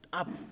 up